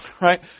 right